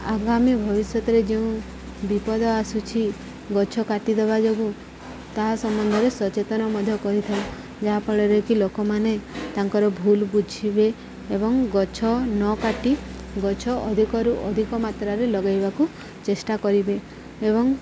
ଆଗାମୀ ଭବିଷ୍ୟତରେ ଯେଉଁ ବିପଦ ଆସୁଛି ଗଛ କାଟିଦେବା ଯୋଗୁଁ ତାହା ସମ୍ବନ୍ଧରେ ସଚେତନ ମଧ୍ୟ କରିଥାଉ ଯାହାଫଳରେ କି ଲୋକମାନେ ତାଙ୍କର ଭୁଲ ବୁଝିବେ ଏବଂ ଗଛ ନ କାଟି ଗଛ ଅଧିକରୁ ଅଧିକ ମାତ୍ରାରେ ଲଗେଇବାକୁ ଚେଷ୍ଟା କରିବେ ଏବଂ